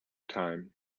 time